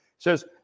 Says